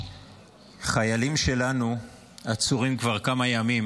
חיילים שלנו עצורים כבר כמה ימים